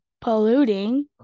polluting